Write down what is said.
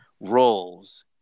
roles